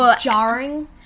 jarring